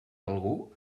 algú